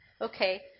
Okay